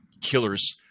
killers